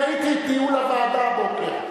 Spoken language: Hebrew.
אני ראיתי את ניהול הוועדה הבוקר,